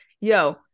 Yo